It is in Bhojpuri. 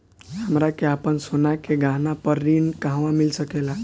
हमरा के आपन सोना के गहना पर ऋण कहवा मिल सकेला?